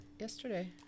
yesterday